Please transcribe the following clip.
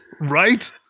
right